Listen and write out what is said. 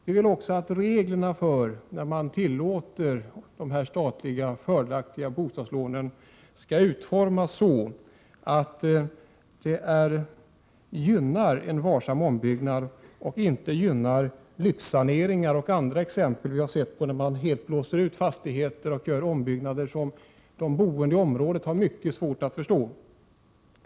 Vi vill också att reglerna för att få dessa statliga fördelaktiga bostadslån skall utformas så att dessa lån gynnar en varsam ombyggnad och inte gynnar lyxsaneringar, t.ex. då man helt blåser ut fastigheter och gör ombyggnader som de boende i området har mycket svårt att förstå.